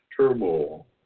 turmoil